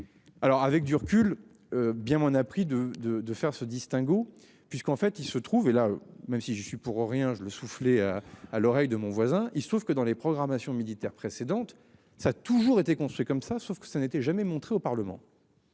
Alors, avec du recul. Bien m'en a pris de de de faire ce distinguo puisqu'en fait il se trouve et là même si j'y suis pour rien, je le soufflé à l'oreille de mon voisin, il se trouve que dans les programmations militaires précédentes. Ça a toujours été construit comme ça sauf que ça n'était jamais montrées au Parlement.